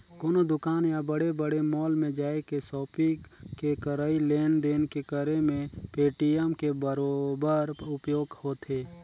कोनो दुकान या बड़े बड़े मॉल में जायके सापिग के करई लेन देन के करे मे पेटीएम के बरोबर उपयोग होथे